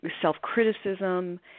self-criticism